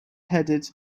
haired